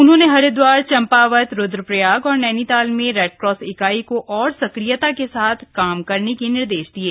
उन्होंने हरिद्वार चंपावत रूद्रप्रयाग और नैनीताल में रेडक्रास इकाई को और सक्रियता के साथ काम करने के निर्देश दिये